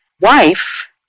wife